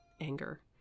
anger